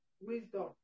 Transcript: wisdom